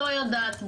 לא יודעת,